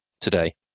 today